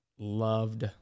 Loved